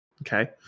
okay